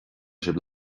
sibh